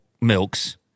milks